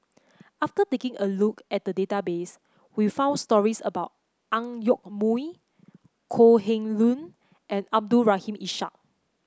after taking a look at the database we found stories about Ang Yoke Mooi Kok Heng Leun and Abdul Rahim Ishak